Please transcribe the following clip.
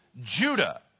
Judah